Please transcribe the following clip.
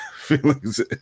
feelings